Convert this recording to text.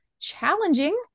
challenging